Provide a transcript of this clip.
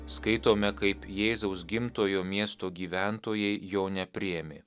skaitome kaip jėzaus gimtojo miesto gyventojai jo nepriėmė